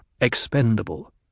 expendable